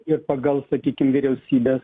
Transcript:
ir pagal sakykim vyriausybės